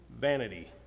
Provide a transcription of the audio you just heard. vanity